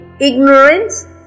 ignorance